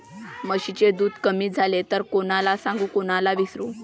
म्हशीचं दूध कमी झालं त कोनाले सांगू कोनाले विचारू?